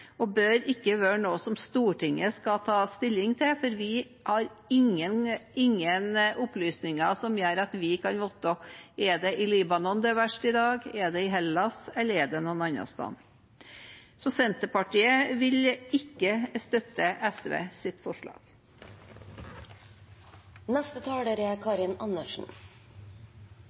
og bør ikke være noe Stortinget skal ta stilling til, for vi har ingen opplysninger som gjør at vi kan vite hvor det er verst i dag. Er det i Libanon, i Hellas, eller er det noen andre steder? Senterpartiet vil derfor ikke støtte